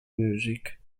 music